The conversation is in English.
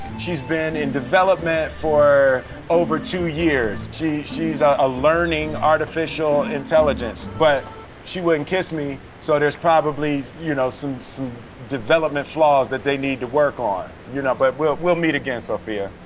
she's been in development for over two years. she's a learning artificial intelligence. but she wouldn't kiss me, so there's probably you know some some development flaws that they need to work on. you know but we'll we'll meet again, sophia.